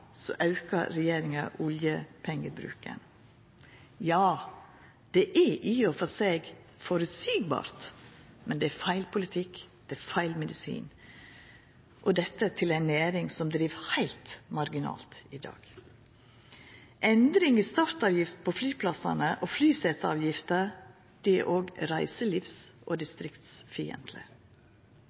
aukar regjeringa oljepengebruken. Ja, det er i og for seg føreseieleg, men det er feil politikk, det er feil medisin – og dette til ei næring som driv heilt marginalt i dag. Endring i startavgift på flyplassane og flyseteavgift er òg reiselivs- og